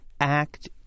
act